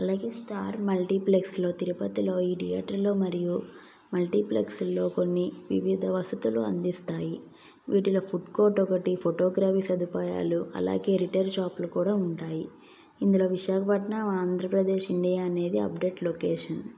అలాగే స్టార్ మల్టీప్లెక్స్లో తిరుపతిలో ఈ థియేటర్లో మరియు మల్టీప్లెక్స్లో కొన్ని వివిధ వసతులు అందిస్తాయి వీటిలో ఫుడ్ కోర్ట్ ఒకటి ఫోటోగ్రఫీ సదుపాయాలు అలాగే రిటైల్ షాప్లు కూడా ఉంటాయి ఇందులో విశాఖపట్నం ఆంధ్రప్రదేశ్ ఇండియా అనేది అప్డేట్ లొకేషన్